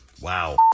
wow